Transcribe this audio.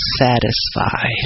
satisfy